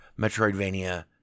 Metroidvania